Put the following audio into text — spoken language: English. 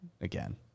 Again